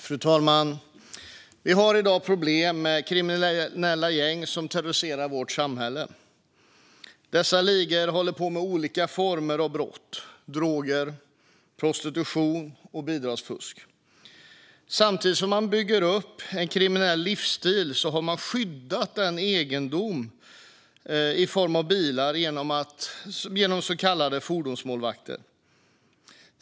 Fru talman! Vi har i dag problem med kriminella gäng som terroriserar vårt samhälle. Dessa ligor håller på med olika former av brott - droger, prostitution och bidragsfusk. Samtidigt som man bygger upp en kriminell livsstil har man skyddat sin egendom i form av bilar genom så kallade fordonsmålvakter.